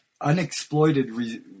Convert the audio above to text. unexploited